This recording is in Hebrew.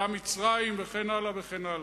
גם מצרים, וכן הלאה וכן הלאה.